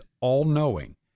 all-knowing